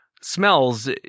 smells